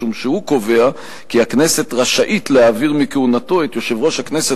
משום שהוא קובע כי הכנסת רשאית להעביר מכהונתו את יושב-ראש הכנסת